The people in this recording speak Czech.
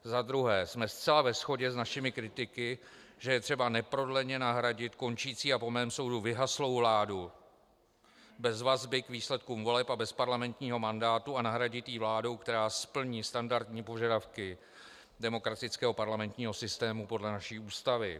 Za druhé jsme zcela ve shodě s našimi kritiky, že je třeba neprodleně nahradit končící a po mém soudu vyhaslou vládu bez vazby k výsledkům voleb a bez parlamentního mandátu a nahradit ji vládou, která splní standardní požadavky demokratického parlamentního systému podle naší Ústavy.